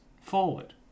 forward